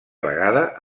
vegada